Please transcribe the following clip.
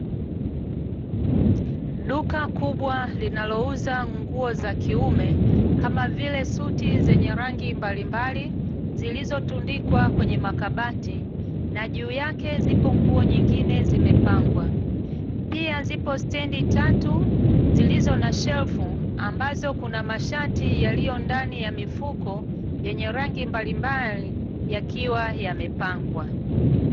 Duka kubwa linalouza nguo za kiume, kama vile suti zenye rangi mbalimbali, zilizotundikwa kwenye makabati na juu yake zipo nguo nyingine zimepangwa. Pia zipo stendi tatu zilizo na shelfu ambazo kuna mashati yaliyo ndani ya mifuko yenye rangi mbalimbali yakiwa yamepangwa.